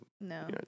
No